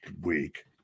week